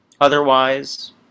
Otherwise